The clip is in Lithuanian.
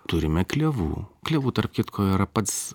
turime klevų klevų tarp kitko yra pats